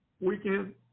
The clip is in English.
weekend